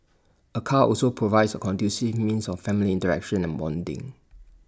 A car also provides A conducive means of family interaction and bonding